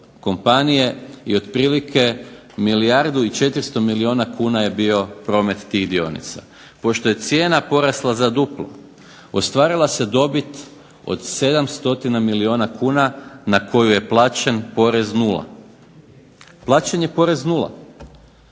kompanije i otprilike milijardu i 400 milijuna kuna je bio promet tih dionica. Pošto je cijena porasla za duplo, ostvarila se dobit od 7 stotina milijuna kuna na koju je plaćen porez nula. Plaćen je porez nula.